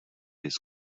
his